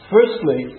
Firstly